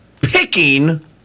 picking